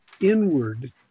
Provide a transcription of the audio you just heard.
inward